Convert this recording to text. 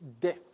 death